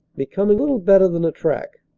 becoming little better than a track.